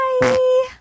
Bye